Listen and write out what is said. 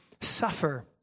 suffer